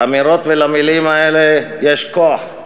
לאמירות ולמילים האלה יש כוח.